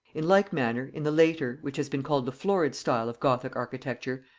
in like manner in the later, which has been called the florid style of gothic architecture,